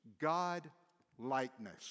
God-likeness